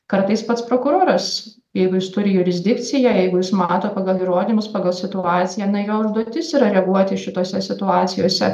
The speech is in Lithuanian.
kartais pats prokuroras jeigu jis turi jurisdikciją jeigu jis mato pagal įrodymus pagal situaciją na jo užduotis yra reaguoti šitose situacijose